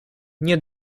nie